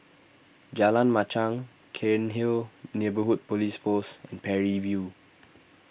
Jalan Machang Cairnhill Neighbourhood Police Post and Parry View